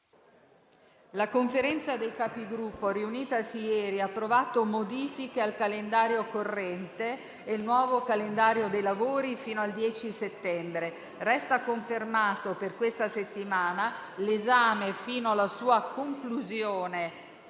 La Conferenza dei Capigruppo, riunitasi ieri, ha approvato modifiche al calendario corrente e il nuovo calendario dei lavori fino al 10 settembre. Resta confermato, per questa settimana, l'esame fino alla sua conclusione